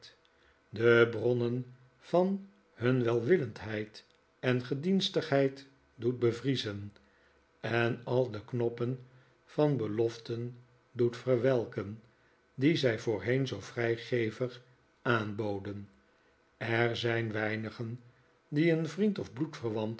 de bronnen van hun welwillendheid en gedienstigheid doet bevriezen en al de knoppen van beloften doet verwelken die zij voorheen zoo vrijgevig aanboden er zijn weinigen die een vriend of